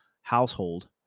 household